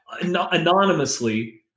anonymously